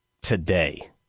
Today